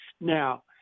Now